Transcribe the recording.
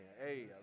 hey